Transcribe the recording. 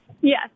Yes